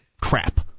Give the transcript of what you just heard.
crap